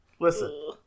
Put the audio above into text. Listen